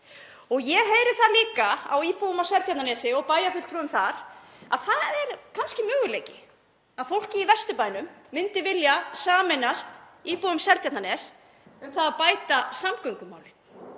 Og ég heyri það líka á íbúum á Seltjarnarnesi og bæjarfulltrúum þar að það er kannski möguleiki að fólkið í Vesturbænum myndi vilja sameinast íbúum Seltjarnarness í að bæta samgöngumálin